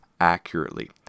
accurately